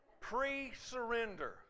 Pre-surrender